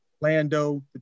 Lando